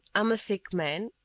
i'm a sick man,